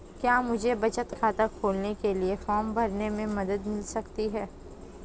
क्या मुझे बचत खाता खोलने के लिए फॉर्म भरने में मदद मिल सकती है?